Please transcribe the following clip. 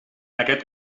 aquest